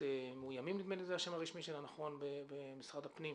מאוימים נדמה לי שזה השם שלה במשרד הפנים,